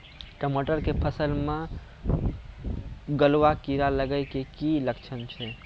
टमाटर के फसल मे गलुआ कीड़ा लगे के की लक्छण छै